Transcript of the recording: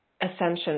ascension